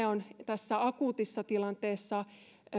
on akuutissa tilanteessa